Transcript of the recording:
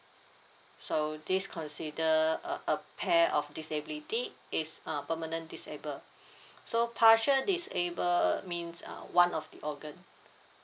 so this consider a a pair of disability is err permanent disable so partial disable means uh one of the organ